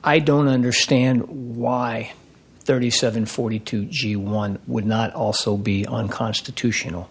i don't understand why thirty seven forty two g one would not also be unconstitutional